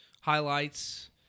highlights